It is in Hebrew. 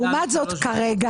איך זה גדל ל-3.5 מיליון?